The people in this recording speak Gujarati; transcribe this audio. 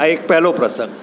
આ એક પહેલો પ્રસંગ